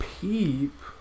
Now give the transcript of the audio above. Peep